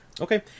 Okay